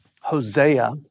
Hosea